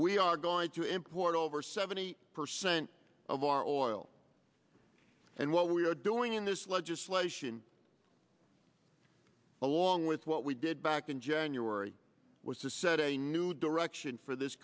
we are going to import over seventy percent of our oil and what we're doing in this legislation along with what we did back in january was to set a new direction